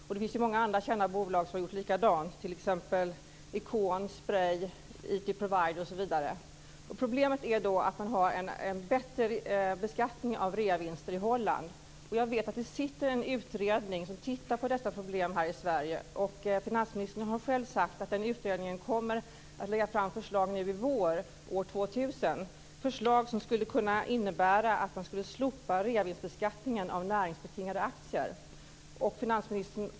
Det finns många andra kända bolag som har gjort detsamma, t.ex. Icon, Spray, osv. Problemet är att beskattningen av reavinster är bättre i Holland. Jag vet att det finns en utredning som ser över detta problem här i Sverige. Finansministern har själv sagt att den utredningen kommer att lägga fram förslag nu i vår år 2000, förslag som skulle kunna innebära att man slopar reavinstbeskattningen av näringsbetingade aktier.